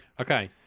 Okay